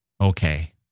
Okay